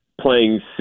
playing